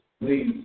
please